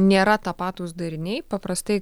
nėra tapatūs dariniai paprastai